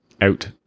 out